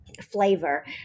Flavor